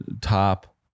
top